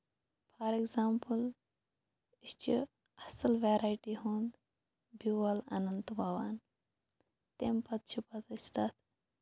for example أسۍ چھِ اَصٕل وٮ۪رایٹی ہُنٛد بیول اَنان تہٕ وَوان تَمہِ پَتہٕ چھِ پَتہٕ أسۍ تَتھ